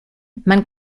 man